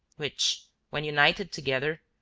which, when united together,